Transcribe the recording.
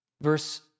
verse